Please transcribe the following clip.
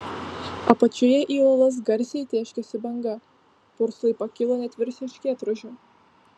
apačioje į uolas garsiai tėškėsi banga purslai pakilo net virš erškėtrožių